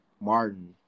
Martin